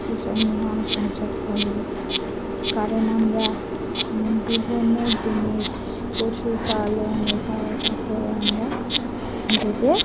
সেসব নিয়ে আমরা সংসার চালাই কারণ আমরা বিভিন্ন জিনিস পশুপালন এটা ওটা করে আমরা নিজেদের